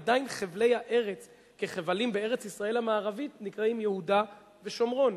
עדיין חבלי הארץ כחבלים בארץ-ישראל המערבית נקראים "יהודה ושומרון".